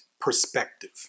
perspective